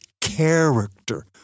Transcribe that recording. character